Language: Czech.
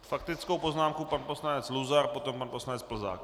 Faktickou poznámku pan poslanec Luzar, potom pan poslanec Plzák.